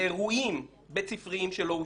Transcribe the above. לאירועים בית-ספריים שלא אושרו,